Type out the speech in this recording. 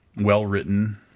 well-written